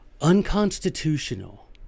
unconstitutional